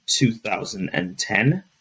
2010